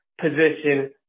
position